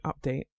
update